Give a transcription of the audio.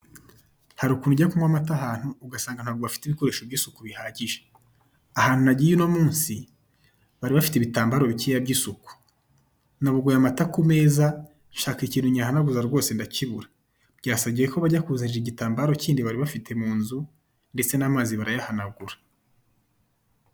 Hari ukuntu ujya kunywa amata ahantu ugasanga ntabwo bafite ibikoresho by'isuku bihagije, ahantu nagiye uno munsi bari bafite ibitambaro bikeya by'isuku, nabogoye amata ku meza nshaka ikintu nyahanaguza rwose ndakibura byasabye ko bajya kunzanira igitambaro kindi bari bafite mu nzu ndetse n'amazi barayahanagura.